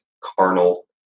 carnal